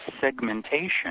segmentation